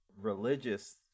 religious